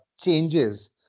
changes